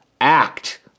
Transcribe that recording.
act